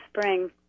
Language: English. spring